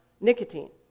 nicotine